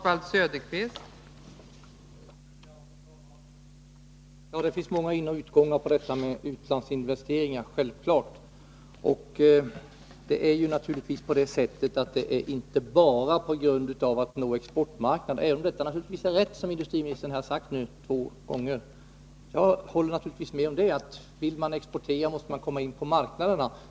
Fru talman! Det finns, självfallet, många inoch utgångar när det gäller utlandsinvesteringar. Det är naturligtvis inte bara på grund av att man vill nå exportmarknader som dessa investeringar görs, även om jag givetvis håller med om att det är rätt det som industriministern nu har sagt två gånger: vill man exportera, måste man komma in på marknaderna.